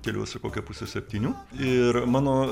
keliuosi kokią pusę septynių ir mano